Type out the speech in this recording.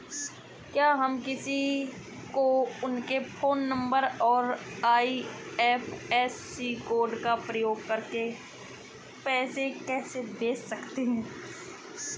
क्या हम किसी को उनके फोन नंबर और आई.एफ.एस.सी कोड का उपयोग करके पैसे कैसे भेज सकते हैं?